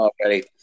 already